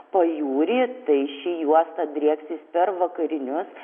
pajūrį tai ši juosta drieksis per vakarinius